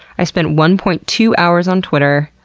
i spent one point two hours on twitter,